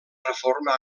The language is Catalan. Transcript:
reforma